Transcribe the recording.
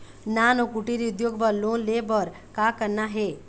नान अउ कुटीर उद्योग बर लोन ले बर का करना हे?